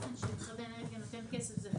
האופן שבו משרד האנרגיה נותן כסף זה א',